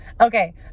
Okay